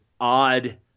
odd